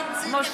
תקנון חדש, איתן.